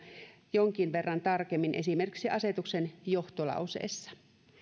jonkin verran tarkemmin esimerkiksi asetuksen johtolauseessa